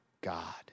God